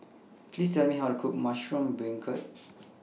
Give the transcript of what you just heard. Please Tell Me How to Cook Mushroom Beancurd